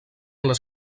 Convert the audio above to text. les